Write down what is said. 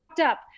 up